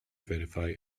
verify